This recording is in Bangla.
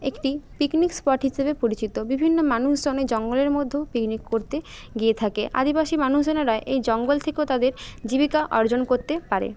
একটি পিকনিক স্পট হিসেবে পরিচিত বিভিন্ন মানুষজন ওই জঙ্গলের মধ্যেও পিকনিক করতে গিয়ে থাকে আদিবাসী মানুষজনেরা এই জঙ্গল থেকেও তাদের জীবিকা অর্জন করতে পারে